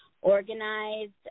organized